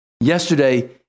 Yesterday